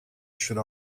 should